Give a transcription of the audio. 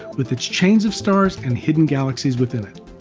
with its chains of stars and hidden galaxies within it.